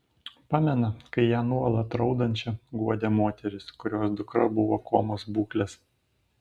pamena kai ją nuolat raudančią guodė moteris kurios dukra buvo komos būklės